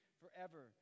forever